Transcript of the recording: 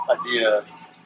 idea